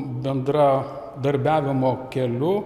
bendradarbiavimo keliu